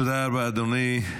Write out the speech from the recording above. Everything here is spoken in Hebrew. תודה רבה, אדוני.